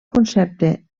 concepte